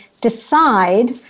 decide